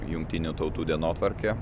jungtinių tautų dienotvarkę